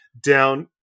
down